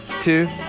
two